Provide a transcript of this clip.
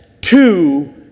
two